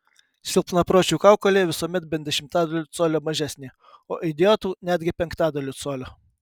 silpnapročių kaukolė visuomet bent dešimtadaliu colio mažesnė o idiotų netgi penktadaliu colio